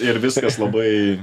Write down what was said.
ir viskas labai